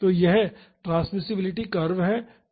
तो यह transmissibility curve है